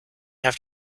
have